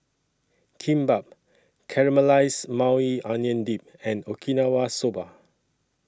Kimbap Caramelized Maui Onion Dip and Okinawa Soba